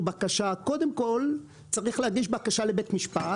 קודם כל צריך להגיש בקשה לבית משפט